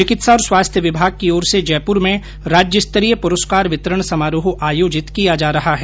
चिकित्सा और स्वास्थ्य विभाग की ओर से जयपुर में राज्यस्तरीय पुरस्कार वितरण समारोह आयोजित किया जा रहा है